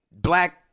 black